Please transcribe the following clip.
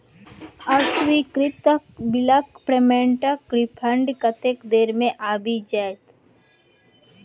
अस्वीकृत बिलक पेमेन्टक रिफन्ड कतेक देर मे आबि जाइत?